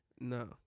No